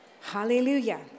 Hallelujah